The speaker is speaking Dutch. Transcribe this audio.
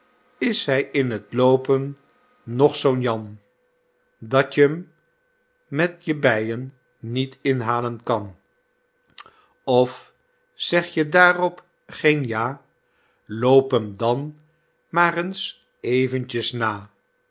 is hy in t loopen nog zoo'n jan dat j'em met je beien niet inhalen kan of zeg je daarop geen ja loop hem dan maar eens eventjes na